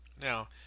Now